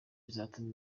bizatuma